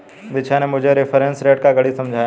दीक्षा ने मुझे reference rate का गणित समझाया